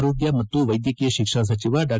ಆರೋಗ್ಯ ಮತ್ತು ವೈದ್ಯಕೀಯ ಶಿಕ್ಷಣ ಸಚಿವ ಡಾ